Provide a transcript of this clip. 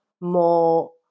more